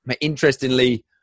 Interestingly